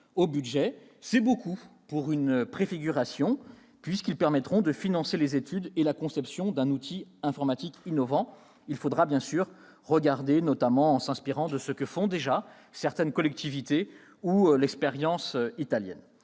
c'est beaucoup pour une préfiguration, mais cela permettra de financer les études et la conception d'un outil informatique innovant. Il faudra bien sûr s'inspirer de ce que font déjà certaines collectivités ou de l'expérience italienne.